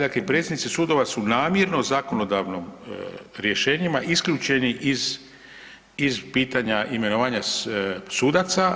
Dakle, predsjednici sudova su namjerno zakonodavnim rješenjima isključeni iz pitanja imenovanja sudaca.